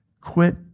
Quit